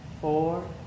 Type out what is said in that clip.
Four